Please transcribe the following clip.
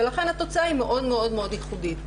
ולכן התוצאה היא מאוד מאוד מאוד ייחודית,